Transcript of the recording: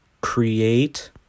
create